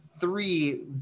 three